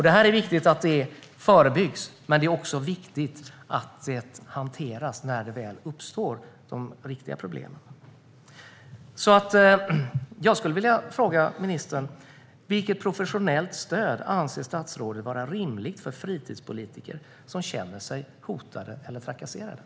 Det är viktigt att detta förebyggs, men det är också viktigt att det hanteras när de riktiga problemen väl uppstår. Jag skulle vilja fråga ministern: Vilket professionellt stöd anser statsrådet vara rimligt för fritidspolitiker som känner sig hotade eller trakasserade?